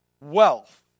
wealth